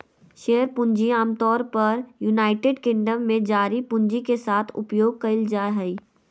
share पूंजी आमतौर पर यूनाइटेड किंगडम में जारी पूंजी के साथ उपयोग कइल जाय हइ